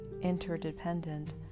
interdependent